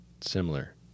Similar